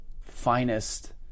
finest